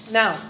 now